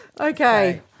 Okay